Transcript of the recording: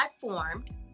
formed